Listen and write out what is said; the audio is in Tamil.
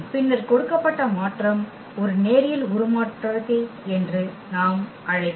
பின்னர் கொடுக்கப்பட்ட மாற்றம் ஒரு நேரியல் உருமாற்றத்தை என்று நாம் அழைக்கலாம்